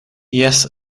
jes